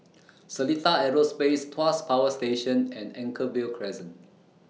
Seletar Aerospace Tuas Power Station and Anchorvale Crescent